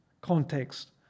context